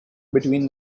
between